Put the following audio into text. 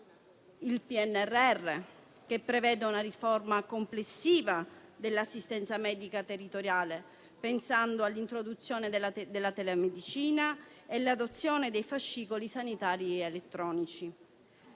il PNRR, che prevede una riforma complessiva dell'assistenza medica territoriale; pensiamo all'introduzione della telemedicina e all'adozione dei fascicoli sanitari elettronici.